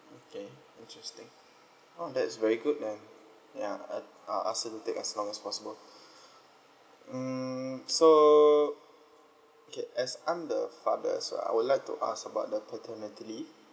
okay interesting oh that's very good man ya I'll ask her to take as long as possible mm so okay as I'm the father as well I would like to ask about the paternity leave